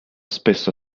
spesso